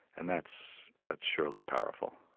and that's that's surely powerful